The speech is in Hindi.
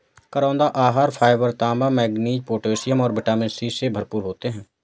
करौंदा आहार फाइबर, तांबा, मैंगनीज, पोटेशियम और विटामिन सी से भरपूर होते हैं